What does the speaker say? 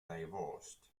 divorced